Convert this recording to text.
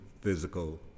physical